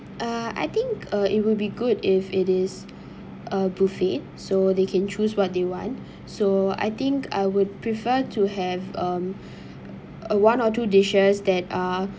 uh I think uh it will be good if it is a buffet so they can choose what they want so I think I would prefer to have um uh one or two dishes that are